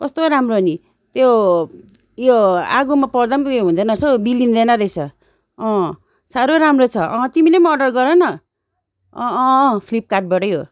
कस्तो राम्रो नि त्यो उयो आगोमा पर्दा पनि उयो हुँदैन रहेछ हौ बिलिँदैन रहेछ अँ साह्रो राम्रो छ अँ तिमीले पनि अर्डर गर न अँ अँ अँ फ्लिपकार्टबाटै हो